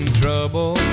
trouble